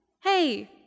Hey